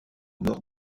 nord